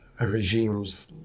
regimes